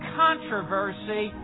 controversy